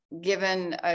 Given